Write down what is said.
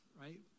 right